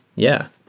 yeah.